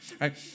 Right